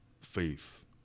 faith